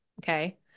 Okay